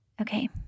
Okay